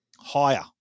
Higher